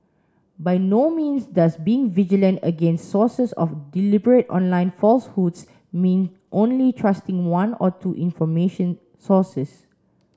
by no means does being vigilant against sources of deliberate online falsehoods mean only trusting one or two information sources